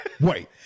Wait